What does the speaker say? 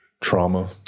trauma